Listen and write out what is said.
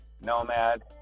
nomad